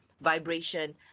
vibration